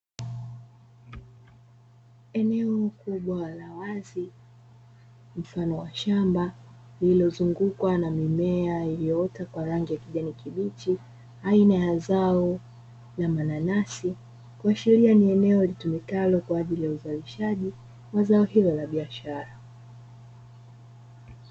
Eneo kubwa la wazi mfano wa shamba lililozungukwa na mimea iliyoota kwa rangi ya kijani kibichi, aina ya zao la mananasi, kuashiria ni eneo litumikalo kwa ajili ya uzalishaji wa zao hilo la biashara.